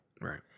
right